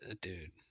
dude